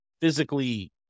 physically